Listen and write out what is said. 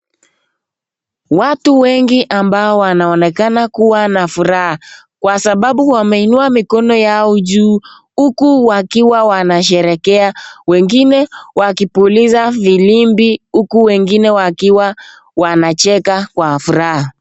Watu wengi ambao wanaonekana kuwa na furaha kwa sababu huwa wameinua mikono yao juu huku wakiwa wanasherekea wengine wakibuliza vilimbihuku wengine wakiwa wanacheza kwa furaha.